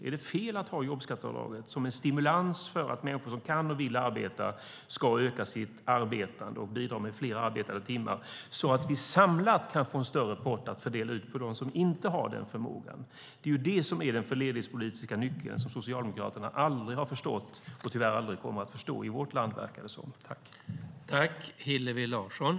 Är det fel att ha jobbskatteavdraget som en stimulans för att människor som kan och vill arbeta ska öka sitt arbetande och bidra med fler arbetade timmar så att vi sammantaget kan få en större pott att fördela till dem som inte har den förmågan? Det är det som är den fördelningspolitiska nyckeln som socialdemokraterna aldrig har förstått och tyvärr aldrig kommer att förstå i vårt land, verkar det som.